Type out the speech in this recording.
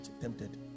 tempted